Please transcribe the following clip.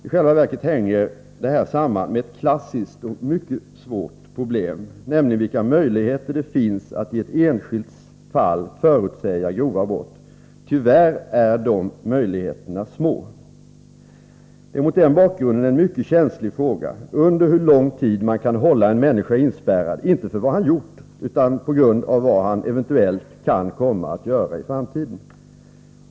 I själva verket hänger det här samman med ett klassiskt och mycket svårt problem, nämligen vilka möjligheter det finns att i ett enskilt fall förutsäga grova brott. Tyvärr är de möjligheterna små. Det är mot den bakgrunden en mycket känslig fråga under hur lång tid man kan hålla en människa inspärrad — inte för vad han har gjort, utan på grund av vad han eventuellt kan komma att göra i framtiden.